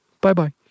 Bye-bye